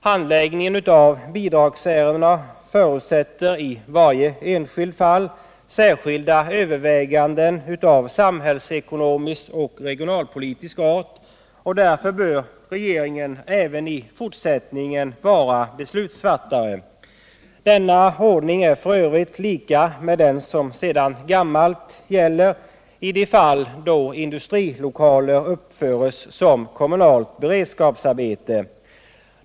Handläggningen av bidragsärendena förutsätter i varje enskilt fall särskilda överväganden av samhällsekonomisk och regionalpolitisk art. Därför bör regeringen även i fortsättningen vara beslutsfattare. Denna ordning är f. ö. lika med den som sedan gammalt gäller i de fall då industrilokaler uppförs som kommunalt beredskapsarbete.